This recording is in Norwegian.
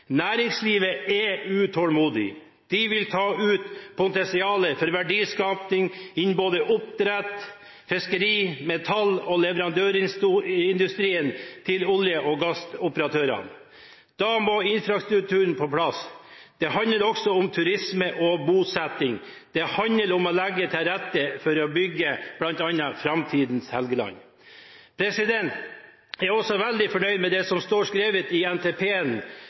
Næringslivet er utålmodig. De vil ta ut potensialet for verdiskapning innen både oppdrett, fiskeri, metall og leverandørindustrien til olje- og gassoperatører. Da må infrastrukturen på plass. Det handler også om turisme og bosetting. Det handler om å legge til rette for å bygge bl.a. framtidens Helgeland. Jeg er også veldig fornøyd med det som står skrevet i